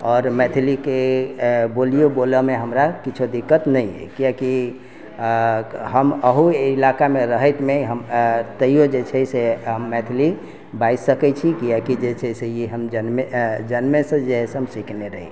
आओर मैथिली के बोलियो बोलए मे हमरा किछो दिक्कत नहि अइ कियाकी हम अहु ईलाका मे रहैत मे हम तैयो जे छै से हम मैथिली बाजि सकै छी कियाकी जे छै से ई हम जन्मे सँ जे है से हम सिखने रही